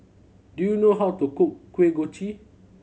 do you know how to cook Kuih Kochi